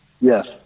Yes